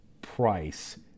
price